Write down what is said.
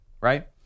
right